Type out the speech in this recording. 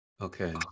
okay